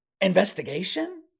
Investigation